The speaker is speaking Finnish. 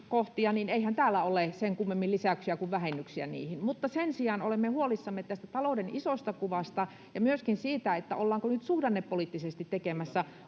niin eihän täällä ole sen kummemmin lisäyksiä kuin vähennyksiäkään niihin. Sen sijaan olemme huolissamme talouden isosta kuvasta ja myöskin siitä, ollaanko nyt suhdannepoliittisesti tekemässä